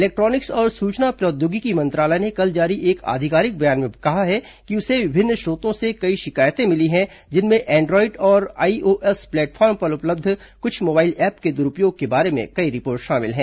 पर इलेक्ट्रॉनिक्स और सूचना प्रौद्योगिकी मंत्रालय ने कल जारी एक आधिकारिक बयान में कहा कि उसे विभिन्न च्रोतों से कई शिकायतें मिली हैं जिनमें एंड्रॉइड और आईओएस प्लेटफॉर्म पर उपलब्ध कुछ मोबाइल ऐप के दुरुपयोग के बारे में कई रिपोर्ट शामिल हैं